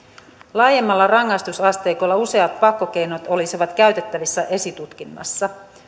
laajemmalla rangaistusasteikolla useat pakkokeinot olisivat käytettävissä esitutkinnassa